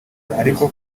aliko